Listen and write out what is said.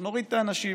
איך נוריד את האנשים,